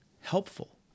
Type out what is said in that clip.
helpful